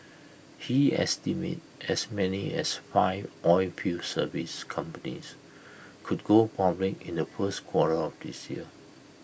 he estimate as many as five oilfield service companies could go public in the first quarter of this year